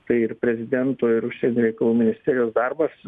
tai ir prezidento ir užsienio reikalų ministerijos darbas